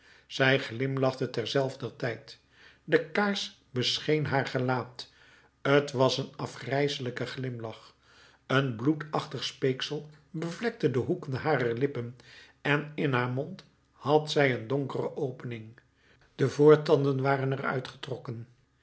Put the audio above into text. zij glimlachte terzelfder tijd de kaars bescheen haar gelaat t was een afgrijselijke glimlach een bloedachtig speeksel bevlekte de hoeken harer lippen en in haar mond had zij een donkere opening de voortanden waren er uitgetrokken